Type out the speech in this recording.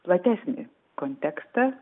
platesnį kontekstą